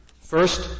First